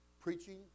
preaching